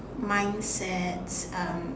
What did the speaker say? mindsets um